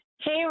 Hey